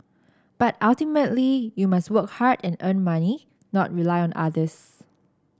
but ultimately you must work hard and earn money not rely on others